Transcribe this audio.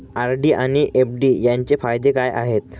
RD आणि FD यांचे फायदे काय आहेत?